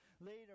Later